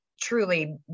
truly